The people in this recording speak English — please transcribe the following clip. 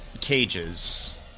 cages